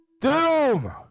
Doom